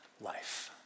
life